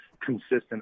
consistent